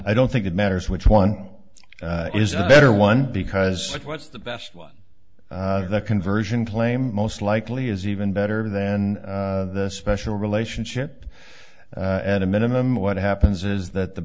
i don't think it matters which one is a better one because what's the best one conversion claim most likely is even better then the special relationship at a minimum what happens is that the